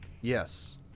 Yes